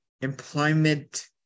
employment